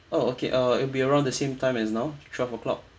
oh okay uh it'll be around the same time as now twelve o'clock